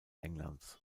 englands